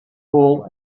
hall